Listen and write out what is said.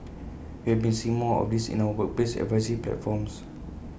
we have been seeing more of this in our workplace advisory platforms